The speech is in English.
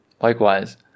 Likewise